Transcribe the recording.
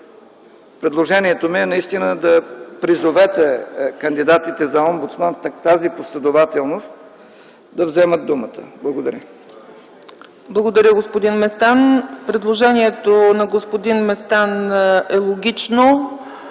Предложението ми е наистина да призовете кандидатите за омбудсман в тази последователност да вземат думата. Благодаря. ПРЕДСЕДАТЕЛ ЦЕЦКА ЦАЧЕВА: Благодаря, господин Местан. Предложението на господин Местан е логично.